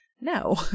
No